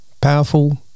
powerful